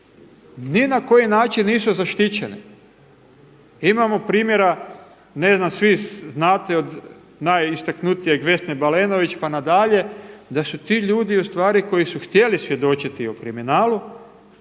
ni na koji način nisu zaštićene. Imamo primjera, ne znam svi znate od najistaknutijeg Vesne Balenović pa nadalje da su ti ljudi koji su htjeli svjedočiti o kriminalu